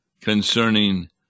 concerning